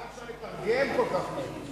לאט, אי-אפשר לתרגם כל כך מהר.